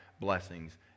blessings